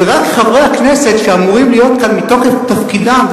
ורק חברי הכנסת שאמורים להיות כאן מתוקף תפקידם,